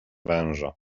węża